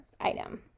item